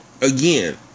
again